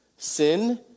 sin